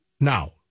Now